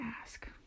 ask